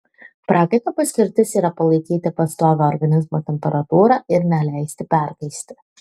prakaito paskirtis yra palaikyti pastovią organizmo temperatūrą ir neleisti perkaisti